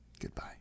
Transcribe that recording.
Goodbye